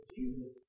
Jesus